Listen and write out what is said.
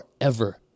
forever